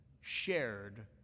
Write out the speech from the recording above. shared